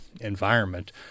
environment